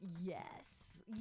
Yes